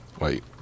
wait